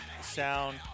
sound